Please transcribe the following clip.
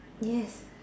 yes